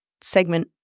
segment